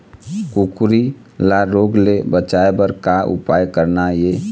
कुकरी ला रोग ले बचाए बर का उपाय करना ये?